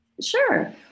Sure